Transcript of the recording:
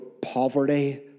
poverty